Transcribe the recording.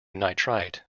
nitrite